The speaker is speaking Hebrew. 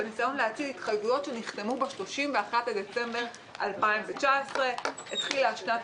בניסיון להציל התחייבויות שנחתמו ב-31 בדצמבר 2019. התחילה שנת